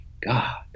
God